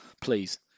please